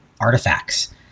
artifacts